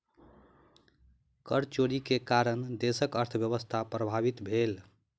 कर चोरी के कारणेँ देशक अर्थव्यवस्था प्रभावित भेल